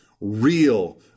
real